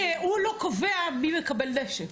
רק שהוא לא קובע מי מקבל נשק,